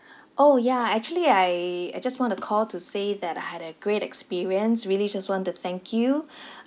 orh ya actually I I just want to call to say that I had a great experience really just want to thank you